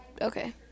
Okay